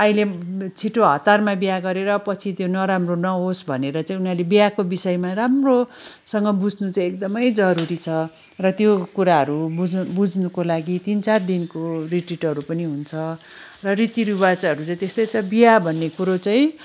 अहिले छिटो हतारमा बिहे गरेर पछि त्यो नराम्रो नहोस् भनेर चाहिँ उनीहरूले बिहेको विषयमा राम्रोसँग बुझ्नु चाहिँ एकदमै जरुरी छ र त्यो कुराहरू बुझ्नुको लागि तिन चार दिनको रिट्रिटहरू पनि हुन्छ र रीति रिवीजहरू चाहिँ त्यस्तै छ बिहे भन्ने कुरा चाहिँ